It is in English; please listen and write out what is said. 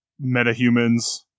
metahumans